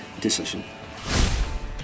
decision